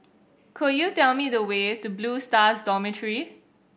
could you tell me the way to Blue Stars Dormitory